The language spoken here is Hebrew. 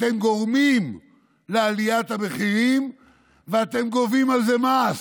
אתם גורמים לעליית המחירים ואתם גובים על זה מס,